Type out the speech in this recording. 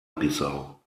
bissau